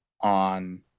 on